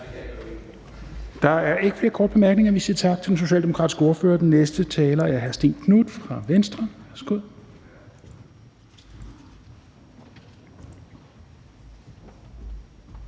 Der er ikke flere korte bemærkninger. Vi siger tak til den socialdemokratiske ordfører. Den næste taler er hr. Stén Knuth fra Venstre.